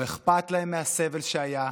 לא אכפת להם מהסבל שהיה,